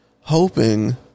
hoping